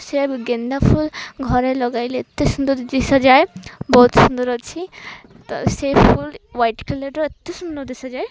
ସେ ଗେନ୍ଦା ଫୁଲ ଘରେ ଲଗାଇଲେ ଏତେ ସୁନ୍ଦର ଦେଖାଯାଏ ବହୁତ ସୁନ୍ଦର ଅଛି ତ ସେ ହ୍ବାଇଟ୍ କଲର୍ର ଏତେ ସୁନ୍ଦର ଦେଖାଯାଏ